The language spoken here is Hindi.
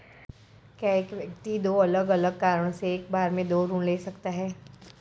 क्या एक व्यक्ति दो अलग अलग कारणों से एक बार में दो ऋण ले सकता है?